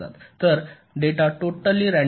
तर data totally random असतानाही 0